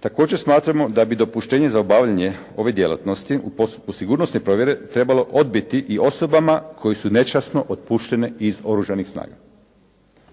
Također smatramo da bi dopuštenje za obavljanje ove djelatnosti u postupku sigurnosne provjere trebalo odbiti i osobama koje su nečasno otpuštene iz Oružanih snaga.